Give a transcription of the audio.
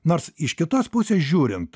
nors iš kitos pusės žiūrint